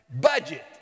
budget